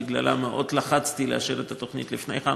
ובגלל זה מאוד לחצתי לאשר את התוכנית לפני חנוכה,